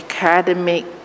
academic